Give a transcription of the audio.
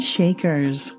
Shakers